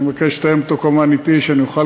אני מבקש לתאם אותו כמובן אתי,